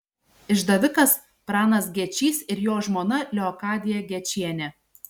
išdavikas pranas gečys ir jo žmona leokadija gečienė